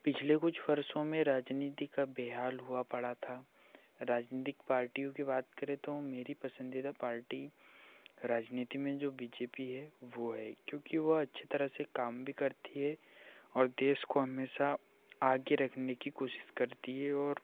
पिछले कुछ वर्षों में राजनीति का बेहाल हुआ पड़ा था राजनीतिक पार्टियों की बात करें तो मेरी पसिंदीदा पार्टी राजनीति में जो बी जे पी है वो है क्योंकी वह अच्छी तरह से काम भी करती है और देश को हमेशा आगे रखने की कोशिश करती है और